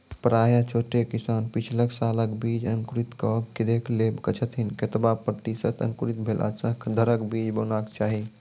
प्रायः छोट किसान पिछला सालक बीज अंकुरित कअक देख लै छथिन, केतबा प्रतिसत अंकुरित भेला सऽ घरक बीज बुनबाक चाही?